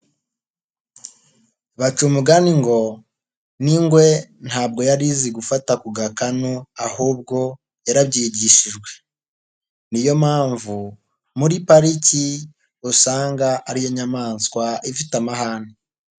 Baca umugani ngo n'ingwe ntabwo yari izi gufata ku gakanu ahubwo yarabyigishijwe niyo mpamvu muri pariki usanga ariyo nyamaswa ifite amahane.